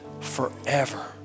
forever